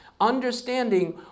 understanding